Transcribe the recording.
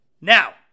Now